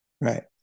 Right